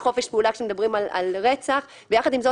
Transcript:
חופש פעולה כשמדברים על רצח ויחד עם זה,